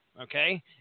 Okay